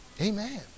Amen